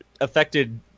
affected